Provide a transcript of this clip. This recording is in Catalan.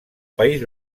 país